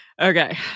Okay